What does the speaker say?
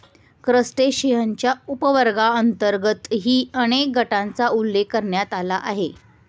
क्रस्टेशियन्सच्या उपवर्गांतर्गतही अनेक गटांचा उल्लेख करण्यात आला आहे